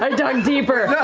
um dug deeper.